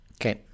Okay